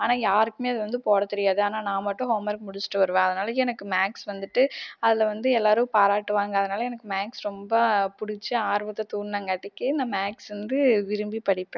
ஆனால் யாருக்மே அது வந்து போட தெரியாது ஆனால் நான் மட்டும் ஹோமர்க் முடிச்சிட்டு வருவேன் அதனால் எனக்கு மேக்ஸ் வந்துட்டு அதில் வந்து எல்லாரும் பாராட்டுவாங்கள் அதனால் எனக்கு மேக்ஸ் ரொம்ப பிடிச்சி ஆர்வத்தை தூண்டினகாட்டிக்கி நான் மேக்ஸ் வந்து விரும்பி படிப்பேன்